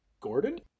Gordon